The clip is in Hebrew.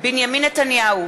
בנימין נתניהו,